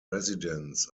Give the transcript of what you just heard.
residents